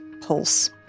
pulse